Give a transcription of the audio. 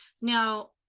Now